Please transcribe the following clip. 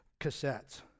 cassettes